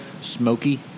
smoky